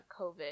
covid